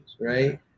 right